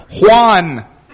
Juan